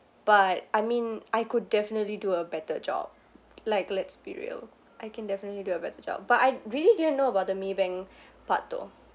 but I mean I could definitely do a better job like let's be real I can definitely do a better job but I really didn't know about the maybank part though